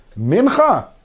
mincha